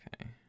Okay